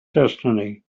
destiny